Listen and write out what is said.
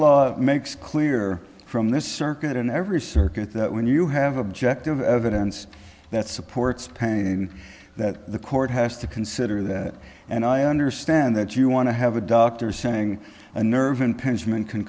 law makes clear from this circuit in every circuit that when you have objective evidence that supports pain that the court has to consider that and i understand that you want to have a doctor saying a nerve impingement can